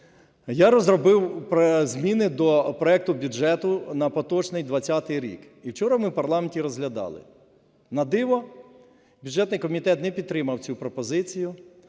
я розробив зміни до проекту бюджету на поточний 20-й рік, і вчора ми в парламенті розглядали. На диво, бюджетний комітет не підтримав цю пропозицію,